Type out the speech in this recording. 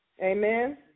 Amen